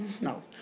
no